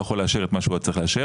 יכול לאשר את מה שהוא היה צריך לאשר,